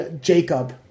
Jacob